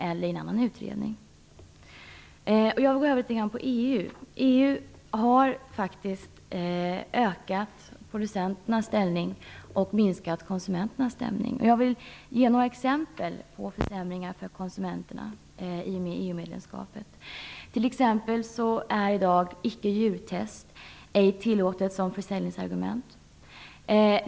Jag går nu över till frågan om EU. EU har faktiskt stärkt producenternas och försvagat konsumenternas ställning. Jag vill ge några exempel på försämringar för konsumenterna i och med EU-medlemskapet. "Icke djurtestat" är i dag ej tillåtet som försäljningsargument.